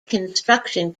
construction